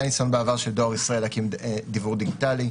ניסיון בעבר של דואר ישראל להקים דיוור דיגיטלי,